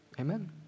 amen